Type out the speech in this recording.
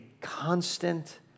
constant